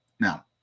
Now